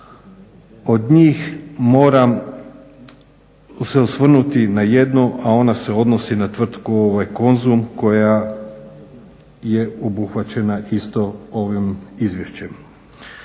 Od njih moram se osvrnuti na jednu, a ona se odnosi tvrtku Konzum koja je obuhvaćena isto ovim izvješćem.